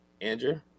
Andrew